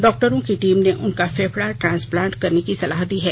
डॉक्टरों की टीम ने उनका फेफड़ा ट्रांसप्लांट करने की सलाह दी है